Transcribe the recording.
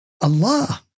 Allah